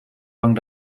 lang